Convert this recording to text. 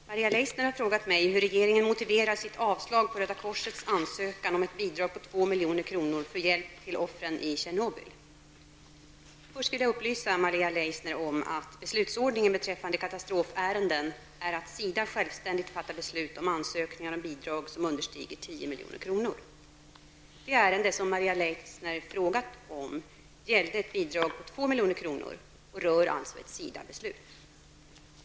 Herr talman! Maria Leissner har frågat mig hur regeringen motiverat sitt avslag på Röda korsets ansökan om ett bidrag på 2 milj.kr. för hjälp till offren i Tjernobyl. Först vill jag upplysa Maria Leissner om att beslutsordningen beträffande katastrofärenden är att SIDA självständigt fattar beslut om ansökningar om bidrag som understiger 10 milj.kr. Det ärende som Maria Leissner har frågat om gällde ett bidrag på 2 milj.kr. och rör alltså ett SIDA-beslut.